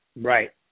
Right